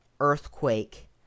earthquake